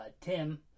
tim